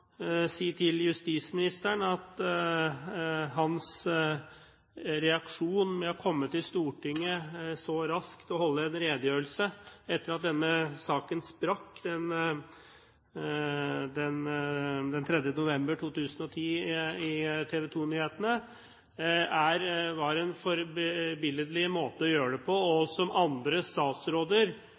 si til justisministeren at hans reaksjon med å komme til Stortinget så raskt og holde en redegjørelse, etter at denne saken sprakk den 3. november 2010 i TV 2-nyhetene, var en forbilledlig måte å gjøre det på, og som andre statsråder